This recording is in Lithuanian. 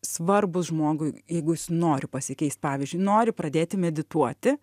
svarbūs žmogui jeigu jis nori pasikeist pavyzdžiui nori pradėti medituoti